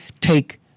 take